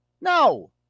No